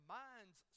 minds